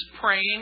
praying